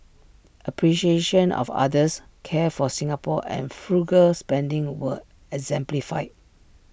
appreciation of others care for Singapore and frugal spending were exemplified